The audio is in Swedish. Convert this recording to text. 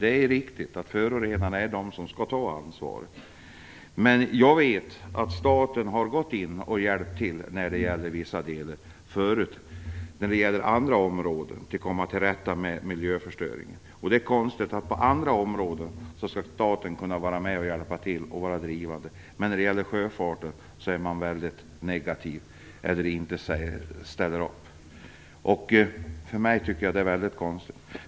Det är riktigt att förorenarna är de som skall ta ansvaret, men jag vet att staten förut har gått in och hjälpt till på andra områden för att komma till rätta med miljöförstöring. Det är konstigt att staten kan hjälpa till på andra områden medan man är väldigt negativ och ovillig att ställa upp när det gäller sjöfarten. Jag tycker att det är väldigt konstigt.